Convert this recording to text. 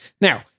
Now